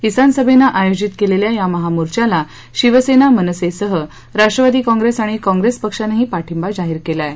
किसान सभेनं आयोजित केलेल्या या महामोर्चाला शिवसेना मनसेसह राष्ट्रवादी काँप्रेस आणि काँग्रेस पक्षानेही पाठींबा जाहीर केला आहे